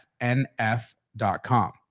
FNF.com